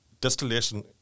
Distillation